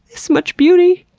this much beauty,